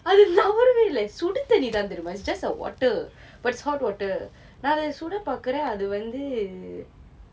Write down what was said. அது நவூறவே இல்லே சுடுதண்ணி தான் தெரியுமா:athu navurave illae suduthanni thaan theriyumaa it's just a water but it's hot water நான் அதை சுட பாக்குறேன் அது வந்து:naan athai suda paarkuren athu vanthu